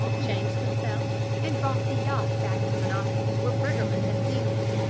changed himself and brought the yacht back to monaco, where briggerland had seen him.